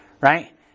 right